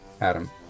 Adam